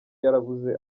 yarabuze